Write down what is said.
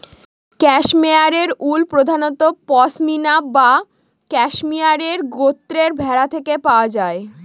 cashmere wool প্রধানত পসমিনা বা cashmere গোত্রের ভেড়া থেকে পাওয়া যায়